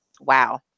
Wow